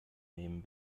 nehmen